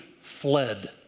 fled